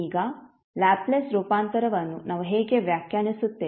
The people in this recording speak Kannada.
ಈಗ ಲ್ಯಾಪ್ಲೇಸ್ ರೂಪಾಂತರವನ್ನು ನಾವು ಹೇಗೆ ವ್ಯಾಖ್ಯಾನಿಸುತ್ತೇವೆ